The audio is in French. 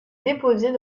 déposées